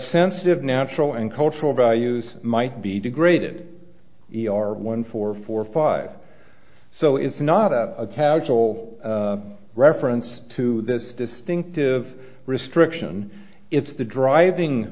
sensitive natural and cultural values might be degraded e r one four four five so it's not a casual reference to this distinctive restriction it's the driving